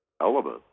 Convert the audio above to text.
element